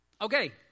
Okay